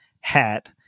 hat